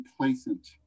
complacent